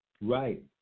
Right